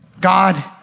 God